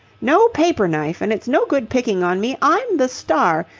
no paper-knife. and it's no good picking on me. i'm the star,